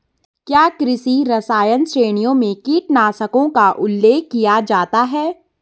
क्या कृषि रसायन श्रेणियों में कीटनाशकों का उल्लेख किया जाता है?